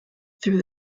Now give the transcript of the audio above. through